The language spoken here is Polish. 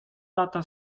lata